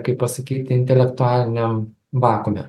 kaip pasakyti intelektualiniam vakuume